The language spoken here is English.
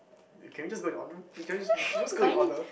wait can we just go in order can we should just go in order